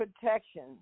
protection